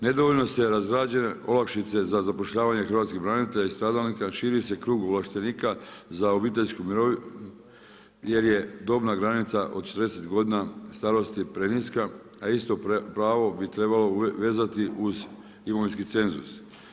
Nedovoljno se … olakšice za zapošljavanje hrvatskih branitelja i stradalnika, širi se krug ovlaštenika za obiteljsku mirovinu, jer je dobna granica od 40 god. starosti preniska, a isto pravo bi trebalo vezati uz imovinski cenzus.